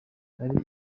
hari